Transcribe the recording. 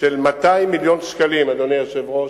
של 200 מיליון שקלים, אדוני היושב-ראש,